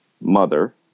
mother